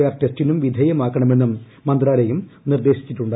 R ടെസ്റ്റിനും വിധേയമാക്കണമെന്നും മന്ത്രാലയം നിർദ്ദേശിച്ചിട്ടുണ്ട്